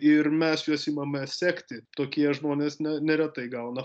ir mes juos imame sekti tokie žmonės ne neretai gauna